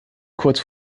kurz